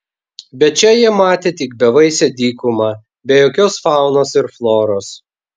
bet čia jie matė tik bevaisę dykumą be jokios faunos ir floros